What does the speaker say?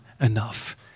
enough